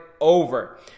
over